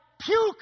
puke